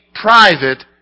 private